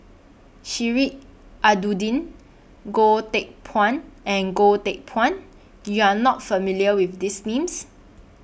Sheik Alau'ddin Goh Teck Phuan and Goh Teck Phuan YOU Are not familiar with These Names